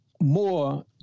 More